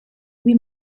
oui